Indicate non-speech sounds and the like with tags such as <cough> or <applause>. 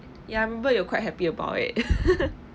yeah but you're quite happy about it <laughs>